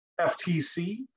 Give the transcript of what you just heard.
FTC